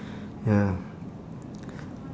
ya